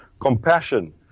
compassion